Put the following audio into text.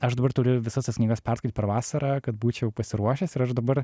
aš dabar turiu visas tas knygas perskaityt per vasarą kad būčiau pasiruošęs ir aš dabar